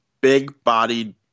big-bodied